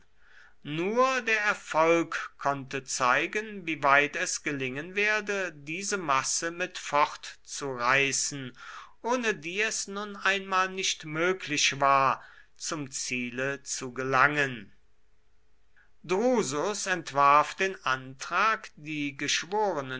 nur der erfolg konnte zeigen wieweit es gelingen werde diese masse mit fortzureißen ohne die es nun einmal nicht möglich war zum ziele zu gelangen drusus entwarf den antrag die